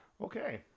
Okay